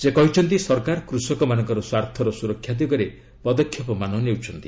ସେ କହିଛନ୍ତି ସରକାର କୃଷକମାନଙ୍କର ସ୍ୱାର୍ଥର ସୁରକ୍ଷା ଦିଗରେ ପଦକ୍ଷେପମାନ ନେଉଛନ୍ତି